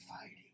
fighting